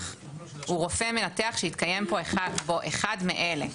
הוא רופא מנתח שהתקיים בו אחד מאלה: